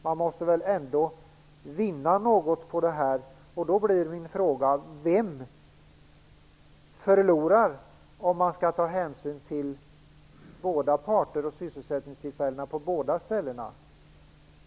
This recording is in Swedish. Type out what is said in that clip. Man måste väl ändå vinna något på detta, och då blir min fråga: Vem förlorar om man tar hänsyn till båda parter och sysselsättningstillfällena på båda ställena?